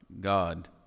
God